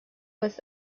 was